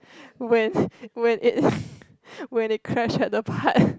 when when it when it crash at the part